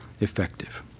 effective